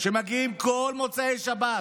שמגיעים כל מוצאי שבת,